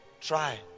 try